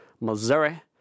Missouri